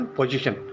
position